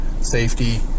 safety